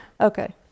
Okay